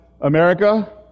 America